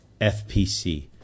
FPC